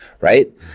right